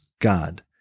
god